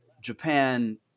Japan